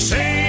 Say